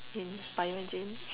in Bio engine